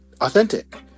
authentic